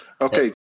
okay